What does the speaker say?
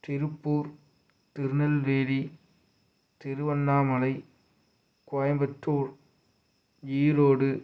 Tiruppur Tirunelveli Tiruvannamalai Coimbatore Erode